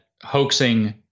hoaxing